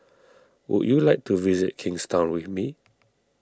would you like to visit Kingstown with me